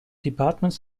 department